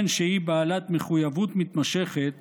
וכן שהיא בעלת מחויבות מתמשכת